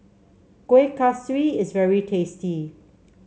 Kuih Kaswi is very tasty